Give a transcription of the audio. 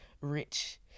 rich